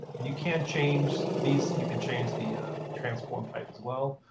and you can change these. you can change the transform type as well.